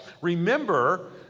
Remember